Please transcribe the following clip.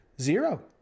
Zero